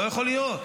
לא יכול להיות.